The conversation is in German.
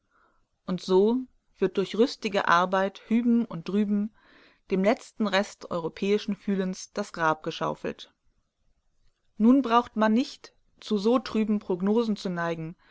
und so wird durch rüstige arbeit hüben und drüben dem letzten rest europäischen fühlens das grab geschaufelt nun braucht man nicht zu so trüben prognosen zu neigen